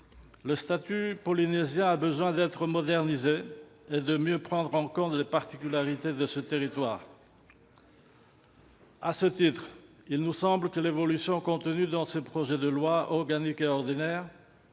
Le statut polynésien a besoin d'être modernisé, afin que soient mieux prises en compte les particularités de ce territoire. À ce titre, il nous semble que l'évolution, contenue dans ce projet de loi organique et ce